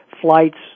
flights